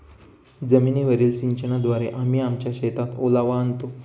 जमीनीवरील सिंचनाद्वारे आम्ही आमच्या शेतात ओलावा आणतो